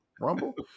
Rumble